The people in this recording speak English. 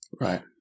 Right